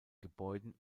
gebäuden